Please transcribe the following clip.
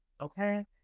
Okay